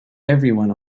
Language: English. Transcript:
everyone